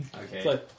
Okay